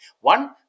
one